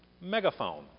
Megaphone